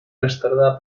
restaurada